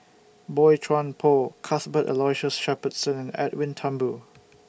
Boey Chuan Poh Cuthbert Aloysius Shepherdson and Edwin Thumboo